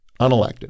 unelected